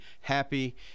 happy